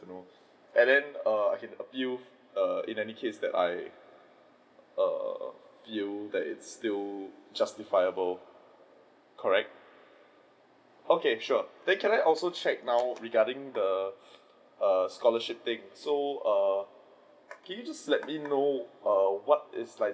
and then I can appeal err in any case that I err feel that it's still justifiable correct okay sure then can I also check now regarding the err scholarship thing so err can you just let me know err what it's like